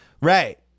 Right